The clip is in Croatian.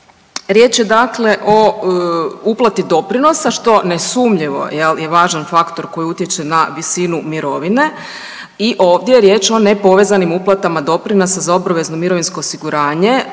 Riječ je dakle o uplati doprinosa, što nesumnjivo je važan faktor koji utječe na visinu mirovine i ovdje je riječ o nepovezanim uplatama doprinosa za obavezno mirovinsko osiguranje,